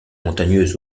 montagneuse